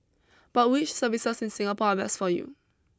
but which services in Singapore are best for you